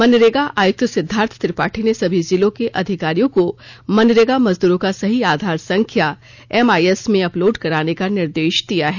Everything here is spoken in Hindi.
मनरेगा आयुक्त सिद्दार्थ त्रिपाठी ने सभी जिलों के अधिकारियों को मनरेगा मजदूरों का सही आधार संख्या एमआईएस में अपलोड कराने का निर्देश दिया है